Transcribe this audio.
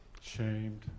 shamed